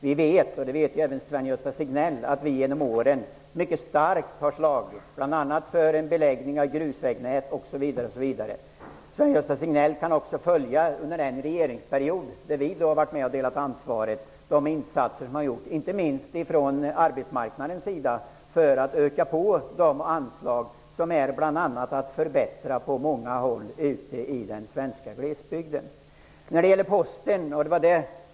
Vi vet, och det vet även Sven Gösta Signell, att vi i Centern genom åren mycket starkt har slagits för bl.a. beläggning av grusvägnät osv. Sven-Gösta Signell kan också under den regeringsperiod då vi i Centern har varit med och delat ansvaret följa de insatser som har gjorts inte minst på arbetsmarknaden för att öka på anslag för att bl.a. förbättra på många håll i den svenska glesbygden. Herr talman!